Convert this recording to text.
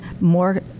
more